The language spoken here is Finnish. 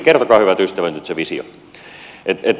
kertokaa hyvät ystävät nyt se visio